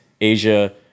Asia